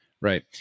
Right